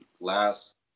last